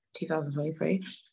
2023